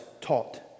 taught